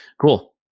Cool